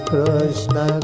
Krishna